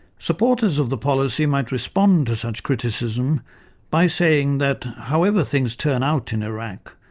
supporters of the policy might respond to such criticism by saying that, however things turn out in iraq,